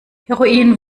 heroin